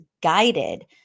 guided